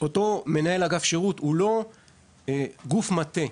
שאותו מנהל אגף שירות הוא לא גוף מטה.